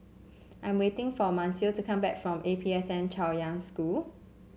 I'm waiting for Mansfield to come back from A P S N Chaoyang School